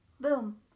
Boom